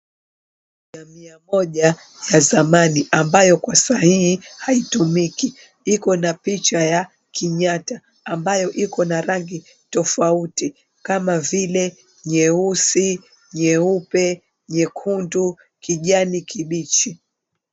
Mia moja ya zamani ambayo kwa sai haitumiki. Iko na picha ya Kenyatta, ambayo iko na rangi tofauti kama vile; nyeusi, nyeupe, nyekundu, kijani kibichi.